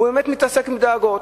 הוא באמת עוסק בדאגות.